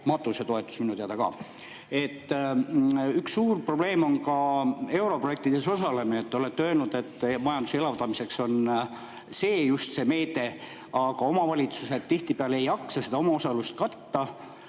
Matusetoetus minu teada ka. Üks suur probleem on ka europrojektides osalemine. Te olete öelnud, et majanduse elavdamiseks on see just see meede, aga omavalitsused tihtipeale ei jaksa seda omaosalust katta.